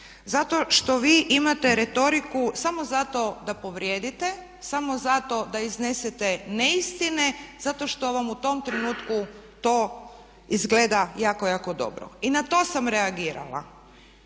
zato što vi imate retoriku samo zato da povrijedite, samo zato da iznesete neistine zato što vam u tom trenutku to izgleda jako, jako dobro. I na to sam reagirala.